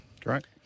Correct